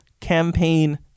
campaign